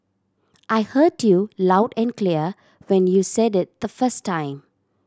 I heard you loud and clear when you said it the first time